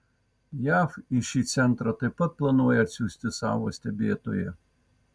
jav į šį centrą taip pat planuoja atsiųsti savo stebėtoją